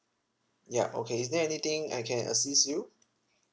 yup okay is there anything I can assist you